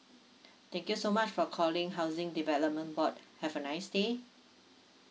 thank you so much for calling housing development board have a nice day